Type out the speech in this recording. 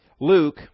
Luke